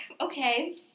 Okay